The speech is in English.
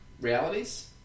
realities